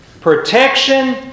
Protection